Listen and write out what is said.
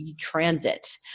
transit